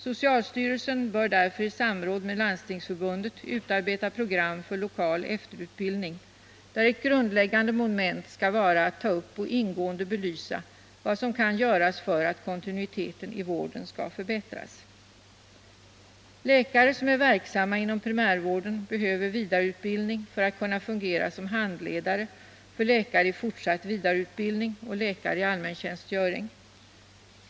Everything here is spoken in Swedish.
Socialstyrelsen bör därför i samråd med Landstingsförbundet utarbeta program för lokal efterutbildning, där ett grundläggande moment skall vara att ta upp och ingående belysa vad som kan göras för att kontinuiteten i vården skall förbättras. Läkare som är verksamma inom primärvården behöver vidareutbildning för att kunna fungera som handledare för läkare i fortsatt vidareutbildning och läkare i allmäntjänstgöring.